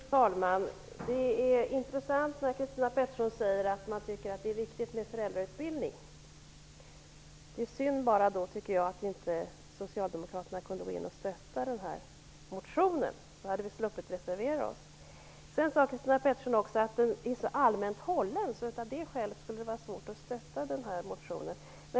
Fru talman! Det är intressant att höra Christina Pettersson säga att det är viktigt med föräldrautbildning. Det är synd att socialdemokraterna inte kunde stödja motionen. Hade de gjort det hade vi sluppit att reservera oss. Christina Pettersson sade att motionen är så allmänt hållen att det av det skälet var svårt att stödja den.